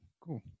cool